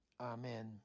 Amen